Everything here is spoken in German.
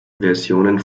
versionen